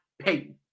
payton